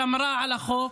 שמרה על החוק,